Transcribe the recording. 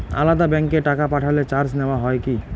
আলাদা ব্যাংকে টাকা পাঠালে চার্জ নেওয়া হয় কি?